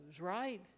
right